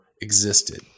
existed